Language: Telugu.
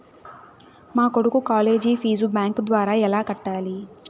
మా కొడుకు కాలేజీ ఫీజు బ్యాంకు ద్వారా ఎలా కట్టాలి?